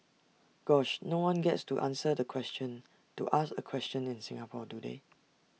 gosh no one gets to answer the question to ask A question in Singapore do they